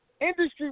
Industry